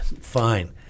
Fine